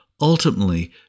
ultimately